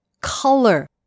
color